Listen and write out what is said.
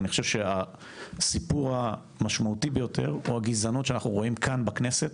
אני חושב שהסיפור המשמעותי ביותר הוא הגזענות שאנחנו רואים כאן בכנסת